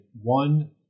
one